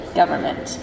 government